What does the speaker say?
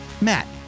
Matt